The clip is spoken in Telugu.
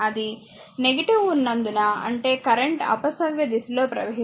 అది ఉన్నందున అంటే కరెంట్ అపసవ్య దిశలో ప్రవహిస్తుంది